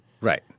Right